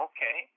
Okay